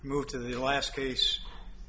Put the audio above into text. move to the last case